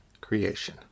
creation